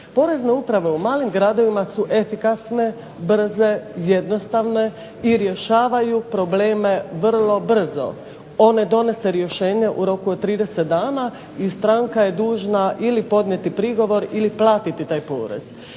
Porezne uprave u malim gradovima su efikasne, brze, jednostavne i rješavaju probleme vrlo brzo. One donose rješenje u roku od 30 dana i stranka je dužna ili podnijeti prigovor ili platiti taj porez.